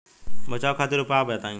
बचाव खातिर उपचार बताई?